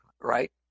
right